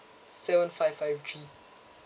seven five five G